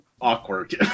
awkward